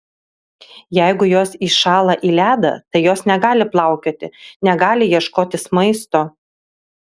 jeigu jos įšąla į ledą tai jos negali plaukioti negali ieškotis maisto